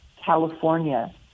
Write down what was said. California